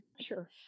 Sure